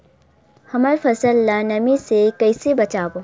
हमर फसल ल नमी से क ई से बचाबो?